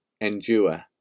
endure